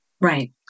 Right